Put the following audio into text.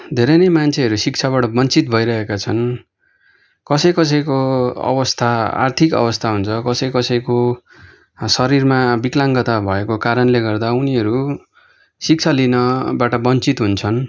धेरै नै मान्छेहरू शिक्षाबाट वञ्चित भइरहेका छन् कसै कसैको अवस्था आर्थिक अवस्था हुन्छ कसै कसैको शरीरमा विकलाङ्गता भएको कारणले गर्दा उनीहरू शिक्षा लिनबाट वञ्चित हुन्छन्